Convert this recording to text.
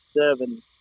seven